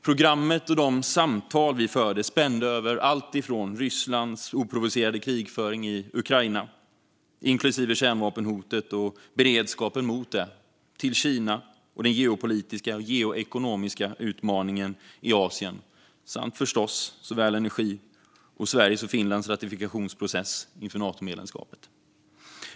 Programmet och de samtal vi förde spände över alltifrån Rysslands oprovocerade krigföring i Ukraina, inklusive kärnvapenhotet och beredskapen för det, till Kina och den geopolitiska och geoekonomiska utmaningen i Asien samt förstås såväl energi som Sveriges och Finlands ratifikationsprocess inför Natomedlemskapet.